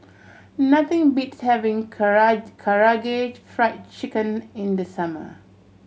nothing beats having Karaage Fried Chicken in the summer